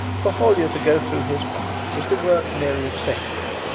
for hollyer to go through his part was the work merely of seconds,